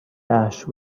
ash